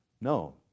No